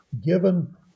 given